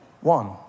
One